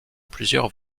plusieurs